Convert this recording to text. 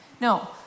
No